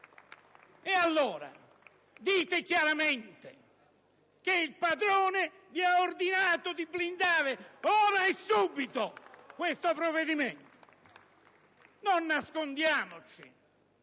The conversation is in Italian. E allora, dite chiaramente che il padrone vi ha ordinato di blindare, ora e subito, questo provvedimento! Non nascondiamoci.